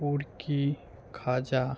মুড়কি খাজা